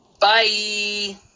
Bye